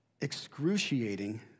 excruciating